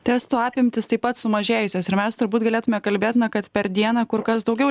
testų apimtys taip pat sumažėjusios ir mes turbūt galėtume kalbėt na kad per dieną kur kas daugiau